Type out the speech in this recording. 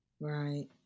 Right